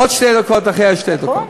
עוד שתי דקות אחרי שתי הדקות.